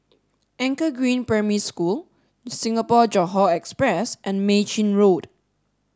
Anchor Green Primary School Singapore Johore Express and Mei Chin Road